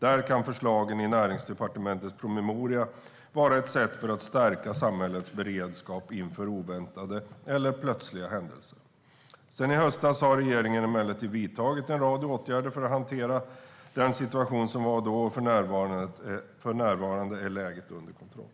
Där kan förslagen i Näringsdepartementets promemoria vara ett sätt att stärka samhällets beredskap inför oväntade eller plötsliga händelser. Sedan i höstas har regeringen emellertid vidtagit en rad åtgärder för att hantera den situation som var då, och för närvarande är läget under kontroll.